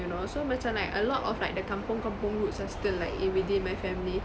you know so macam like a lot of like the kampung kampung roots are still in within my family